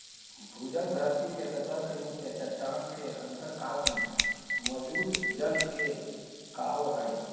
भूजल धरती के सतह के नीचे चट्टान के अंतरकाश में मौजूद जल के कहो हइ